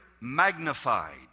magnified